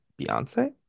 Beyonce